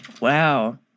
Wow